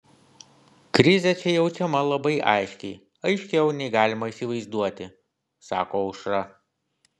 krizė čia jaučiama labai aiškiai aiškiau nei galima įsivaizduoti sako aušra